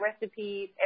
recipes